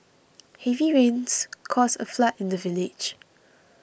heavy rains caused a flood in the village